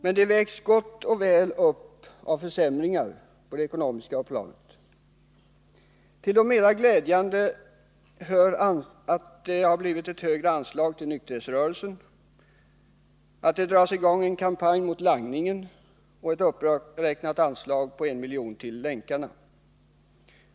Men förbättringarna vägs gott och väl upp av försämringar på det ekonomiska planet. Till det mera glädjande hör dock högre anslag till nykterhetsrörelsen, kampanjen mot langning och ett uppräknat anslag på 1 milj.kr. till Länkarna.